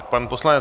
Pan poslanec